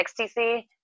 XTC